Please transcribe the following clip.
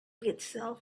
itself